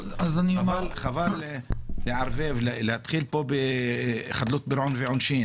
חבל להתחיל בחדלות פירעון ועונשין,